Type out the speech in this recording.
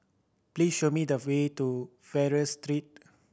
please show me the way to Fraser Street